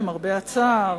למרבה הצער.